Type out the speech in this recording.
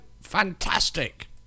Fantastic